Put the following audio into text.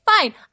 Fine